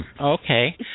okay